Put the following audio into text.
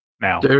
Now